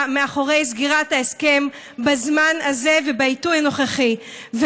מאחורי סגירת ההסכם בזמן הזה ובעיתוי הנוכחי,